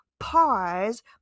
pause